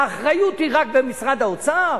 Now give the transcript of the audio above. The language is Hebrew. האחריות היא רק במשרד האוצר?